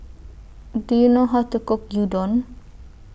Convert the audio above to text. Do YOU know How to Cook Gyudon